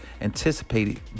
anticipated